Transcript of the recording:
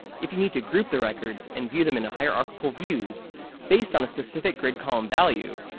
if you need to group the records and view them in a hierarchical view based on a specific grid column value.